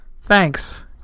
Thanks